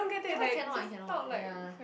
ya I cannot I cannot ya